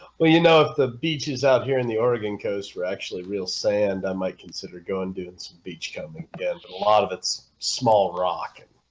well you know if the beaches out here in the oregon coast were actually real sand i might consider going doing some beach coming a lot of its small rock